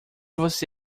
você